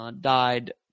died